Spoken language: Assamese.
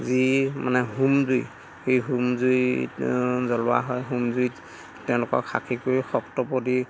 যি মানে হোম জুই সেই হোম জুইত জ্বলোৱা হয় হোম জুইত তেওঁলোকক সাক্ষী কৰি সপ্তপদি